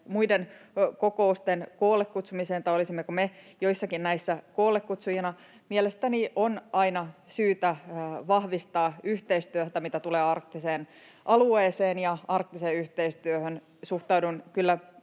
muiden kokousten koollekutsumiseen tai olisimmeko me joissakin näissä koollekutsujina. Mielestäni on aina syytä vahvistaa yhteistyötä, mitä tulee arktiseen alueeseen ja arktiseen yhteistyöhön. Suhtaudun kyllä